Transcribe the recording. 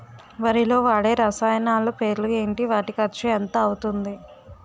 వరిలో వాడే రసాయనాలు పేర్లు ఏంటి? వాటి ఖర్చు ఎంత అవతుంది?